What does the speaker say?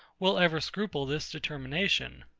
will ever scruple this determination.